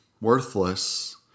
worthless